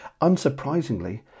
Unsurprisingly